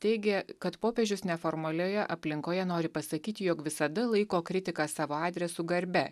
teigė kad popiežius neformalioje aplinkoje nori pasakyti jog visada laiko kritiką savo adresu garbe